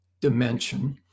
dimension